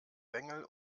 bengel